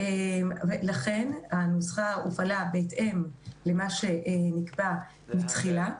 לכן הנוסחה הופעלה בהתאם למה שנקבע תחילה.